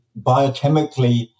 biochemically